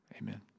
amen